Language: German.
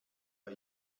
bei